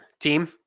team